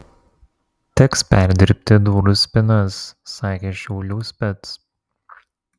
teks perdirbti durų spynas sakė šiaulių spec